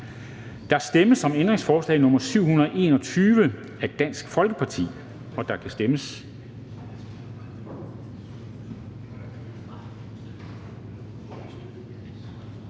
Der stemmes om ændringsforslag nr. 725 af V og DF, og der kan stemmes.